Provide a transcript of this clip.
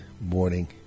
morning